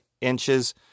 inches